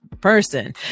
person